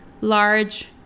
large